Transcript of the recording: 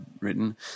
written